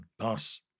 pass